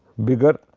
bigger